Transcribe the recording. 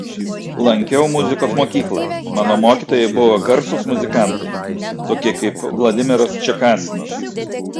lankiau muzikos mokyklą mano mokytojai buvo garsūs muzikantai tokie kaip vladimiras čekasinas